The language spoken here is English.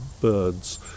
birds